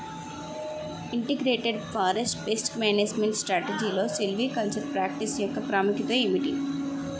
Integrated forest pest management స్ట్రాటజీలో silvicultural practice యెక్క ప్రాముఖ్యత ఏమిటి??